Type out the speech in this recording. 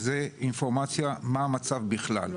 שזה אינפורמציה על המצב בכלל.